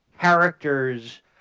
characters